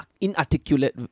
inarticulate